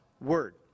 word